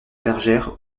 bergère